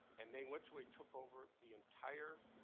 and they literally took over the entire